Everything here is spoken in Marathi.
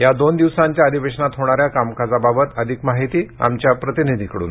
या दोन दिवसांच्या अधिवेशानात होणाऱ्या कामकाजाबाबत अधिक माहिती आमच्या प्रतिनिधीकडून